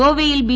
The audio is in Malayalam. ഗോവയിൽ ബി